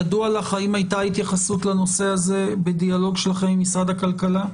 ידוע לך האם הייתה התייחסות לנושא הזה בדיאלוג שלכם עם משרד הכלכלה?